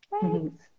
Thanks